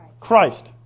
Christ